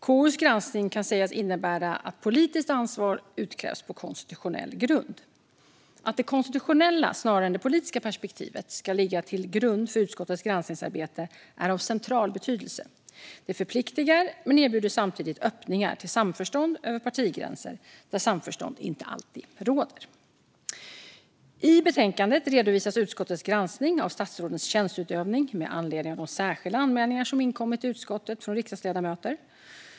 KU:s granskning kan sägas innebära att politiskt ansvar utkrävs på konstitutionell grund. Att det konstitutionella snarare än det politiska perspektivet ska ligga till grund för utskottets granskningsarbete är av central betydelse. Det förpliktar men erbjuder samtidigt öppningar till samförstånd över partigränser där samförstånd inte alltid råder. I betänkandet redovisas utskottets granskning av statsrådens tjänsteutövning med anledning av de särskilda anmälningar som inkommit till utskottet från riksdagsledamöter.